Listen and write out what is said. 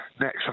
Next